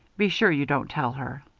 be sure you don't tell her.